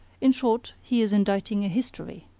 in short, he is inditing a history.